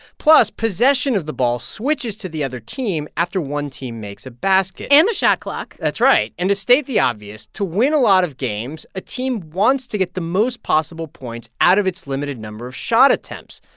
plus, possession of the ball switches to the other team after one team makes a basket and the shot clock that's right. and to state the obvious, to win a lot of games, a team wants to get the most possible points out of its limited number of shot attempts.